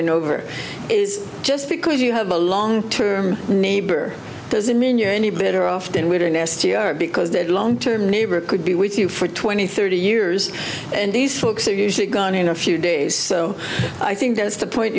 and over is just because you have a long term neighbor doesn't mean you're any better off than waiting last year because that long term neighbor could be with you for twenty thirty years and these folks are usually gone in a few days so i think that's the point